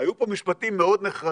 היו פה משפטים מאוד נחרצים